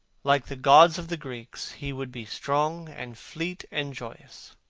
like the gods of the greeks, he would be strong, and fleet, and joyous.